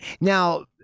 Now